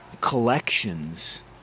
collections